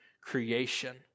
creation